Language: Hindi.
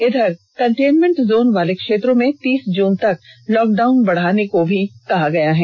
इधर कटेनमेंट जोन वाले क्षेत्रों में तीस जून तक लॉकडाउन बढाने को भी कहा गया है